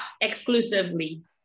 exclusively